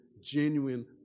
genuine